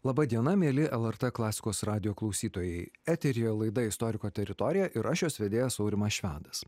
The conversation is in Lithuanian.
laba diena mieli lrt klasikos radijo klausytojai eteryje laida istoriko teritorija ir aš jos vedėjas aurimas švedas